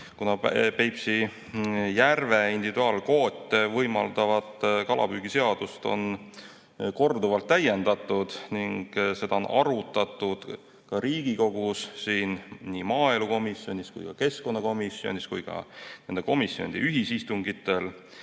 kuna Peipsi järve individuaalkvoote võimaldavat kalapüügiseadust on korduvalt täiendatud ning seda on arutatud ka Riigikogus siin nii maaelukomisjonis, keskkonnakomisjonis kui ka nende komisjonide ühisistungitel,